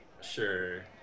Sure